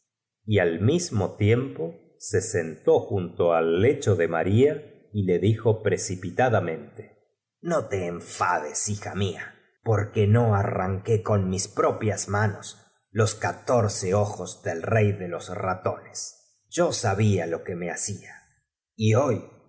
y al mismo tiempo se sentó junto al jecho de maría y le dijo precip itadam ente no te enfades bija mía porque no arranq ué con mis propia s manos los entorce ojos del roy de los ratone s yo sabia lo que me hacia y hoy